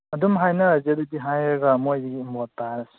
ꯑꯗꯨꯝ ꯍꯥꯏꯅꯔꯁꯦ ꯑꯗꯨꯗꯤ ꯍꯥꯏꯔꯒ ꯃꯣꯏꯒꯤ ꯃꯣꯠ ꯇꯥꯔꯦ